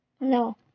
No